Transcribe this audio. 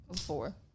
Four